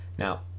Now